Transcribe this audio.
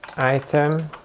item,